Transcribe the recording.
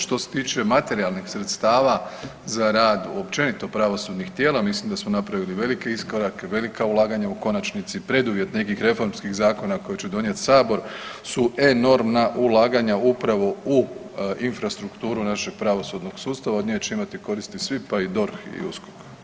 Što se tiče materijalnih sredstava za rad općenito pravosudnih tijela, mislim da smo napravili velike iskorake, velika ulaganja u konačnici preduvjet nekih reformskih zakona koji će donijeti Sabor su enormna ulaganja upravo u infrastrukturu našeg pravosudnog sustava, od nje će imati koristi svi pa i DORH i USKOK.